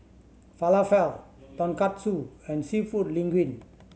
Falafel Tonkatsu and Seafood Linguine